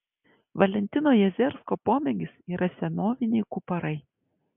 valentino jazersko pomėgis yra senoviniai kuparai